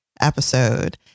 episode